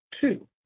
two